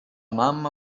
mamma